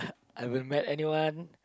I won't let anyone